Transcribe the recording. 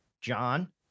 John